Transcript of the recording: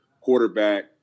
quarterback